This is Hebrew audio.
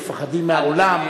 מפחדים מהעולם,